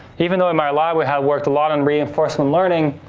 even though in my lab, we have worked lot on reinforcement learning.